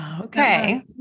Okay